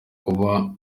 kuba